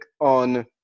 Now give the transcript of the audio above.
on